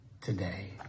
today